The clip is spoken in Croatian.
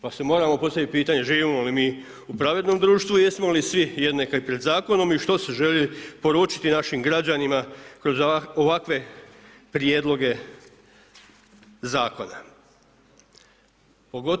Pa si moramo postaviti pitanje živimo li mi u pravednom društvu i jesmo li svi jednaki pred zakonom i što se želi poručiti našim građanima kroz ovakve prijedloge zakona.